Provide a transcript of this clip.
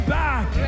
back